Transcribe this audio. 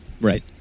right